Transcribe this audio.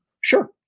Sure